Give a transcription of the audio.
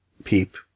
peep